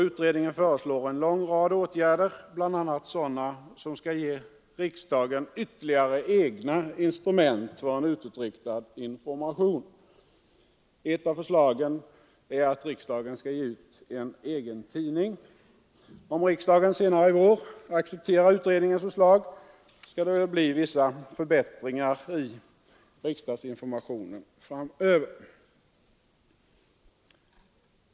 Utredningen föreslår en lång rad åtgärder, bl.a. sådana som skall ge riksdagen ytterligare egna instrument för en utåtriktad information. Ett av förslagen är att riksdagen skall ge ut en egen tidning. Om riksdagen senare i vår accepterar utredningens förslag, skall det väl bli vissa förbättringar i riksdagsinformationen framöver.